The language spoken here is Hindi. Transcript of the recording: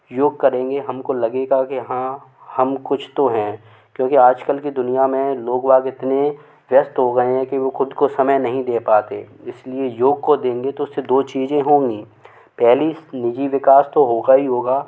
योग करेंगे हम को लगेगा के हाँ हम कुछ तो हैं क्योंकि आज कल की दुनिया में लोग वोग इतने व्यस्थ हो गए हैं कि वो ख़ुद को समय नहीं दे पाते इस लिए योग को देंगे तो उससे दो चीज़ें होंगी पहली निजी विकास तो होगी ही होगा